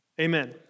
Amen